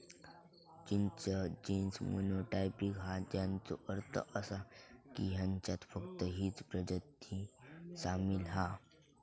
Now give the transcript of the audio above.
चिंच genus monotypic हा, ज्याचो अर्थ असा की ह्याच्यात फक्त हीच प्रजाती सामील हा